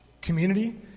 community